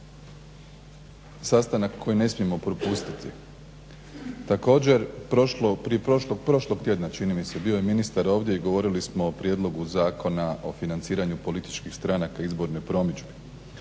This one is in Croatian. sastanak koji ne smijemo propustiti. Također prošlog tjedna čini mi se bio je ministar ovdje i govorili smo o Prijedlogu Zakona o financiranju političkih stranaka i izborne promidžbe.